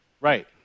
Right